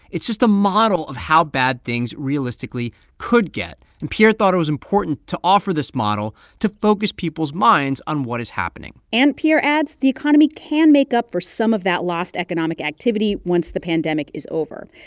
it's just a model of how bad things realistically could get, and pierre thought it was important to offer this model to focus people's minds on what is happening and pierre adds the economy can make up for some of that lost economic activity once the pandemic is over.